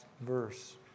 verse